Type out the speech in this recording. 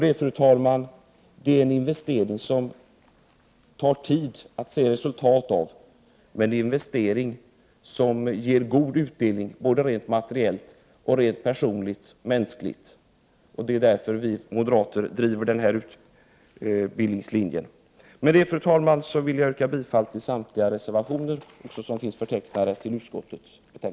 Det kommer att ta tid innan man ser något resultat av denna investering, men det är en investering som kommer att ge god utdelning, rent materiellt, rent personligt och mänskligt. Det är därför som vi moderater driver denna utbildningslinje. Fru talman! Med det anförda yrkar jag bifall till samtliga reservationer med moderata namn.